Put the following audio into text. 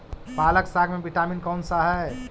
पालक साग में विटामिन कौन सा है?